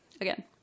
Again